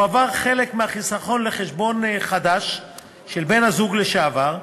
מועבר חלק מהחיסכון לחשבון חדש של בן-הזוג לשעבר,